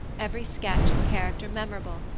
every sketch of character memorable,